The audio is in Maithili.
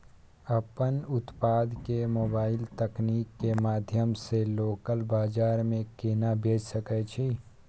अपन उत्पाद के मोबाइल तकनीक के माध्यम से लोकल बाजार में केना बेच सकै छी?